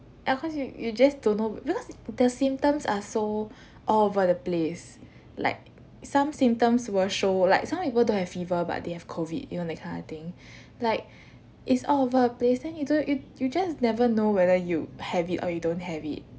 ya cause you you just don't know because the symptoms are so all over the place like some symptoms will show like some people don't have fever but they have COVID you know that kind of thing like it's all over the place then you don't you you just never know whether you have it or you don't have it